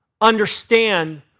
understand